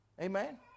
Amen